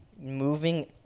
Moving